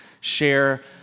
share